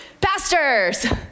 pastors